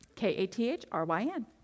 K-A-T-H-R-Y-N